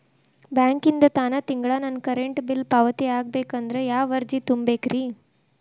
ಬ್ಯಾಂಕಿಂದ ತಾನ ತಿಂಗಳಾ ನನ್ನ ಕರೆಂಟ್ ಬಿಲ್ ಪಾವತಿ ಆಗ್ಬೇಕಂದ್ರ ಯಾವ ಅರ್ಜಿ ತುಂಬೇಕ್ರಿ?